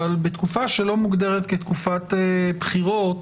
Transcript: אבל בתקופה שלא מוגדרת כתקופת בחירות